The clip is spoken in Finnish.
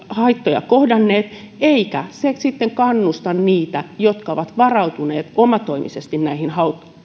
haittoja kohdanneet eikä se sitten kannusta niitä jotka ovat varautuneet omatoimisesti näihin